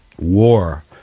War